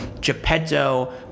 Geppetto